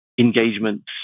engagements